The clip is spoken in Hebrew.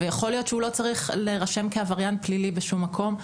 יכול להיות שהוא לא צריך להירשם כעבריין פלילי בשום מקום,